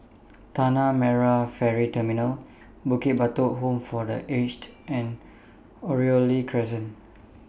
Tanah Merah Ferry Terminal Bukit Batok Home For The Aged and Oriole Crescent